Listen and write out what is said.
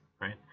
right